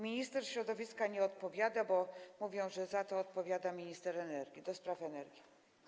Minister środowiska nie odpowiada, bo mówią, że za to odpowiada minister do spraw energii.